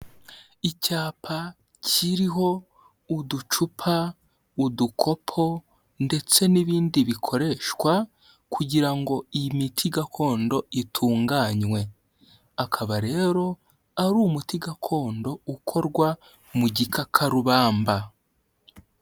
Icyapa kiriho uducupa, udukoko ndetse n'ibindi bikoreshwa kugira ngo iyi miti gakondo itunganywe. Akaba rero, ari umuti gakondo ukorwa mu gikakarubamba.